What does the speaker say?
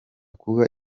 kuba